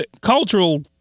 cultural